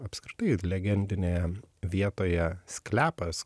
apskritai legendinėje vietoje skliapas